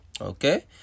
Okay